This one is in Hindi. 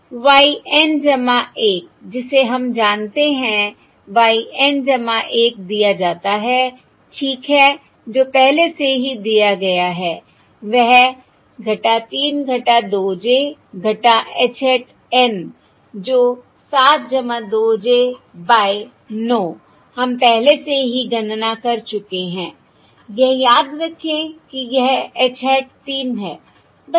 y N 1 जिसे हम जानते हैं y N 1 दिया जाता है ठीक है जो पहले से ही दिया गया है वह - 3 2 j h hat N जो 7 2 j बाय 9 हम पहले से ही गणना कर चुके हैं यह याद रखें कि यह h hat 3 है